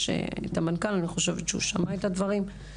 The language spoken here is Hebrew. יש את המנכ"ל אני חושבת שהוא שמע את הדברים.